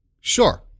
Sure